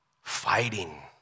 fighting